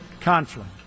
conflict